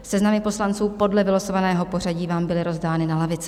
Seznamy poslanců podle vylosovaného pořadí vám byly rozdány na lavice.